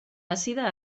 àcida